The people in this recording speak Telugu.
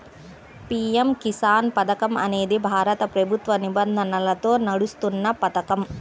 పీ.ఎం కిసాన్ పథకం అనేది భారత ప్రభుత్వ నిధులతో నడుస్తున్న పథకం